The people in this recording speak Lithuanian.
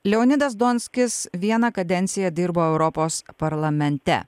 leonidas donskis vieną kadenciją dirbo europos parlamente